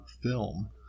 film